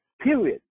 Period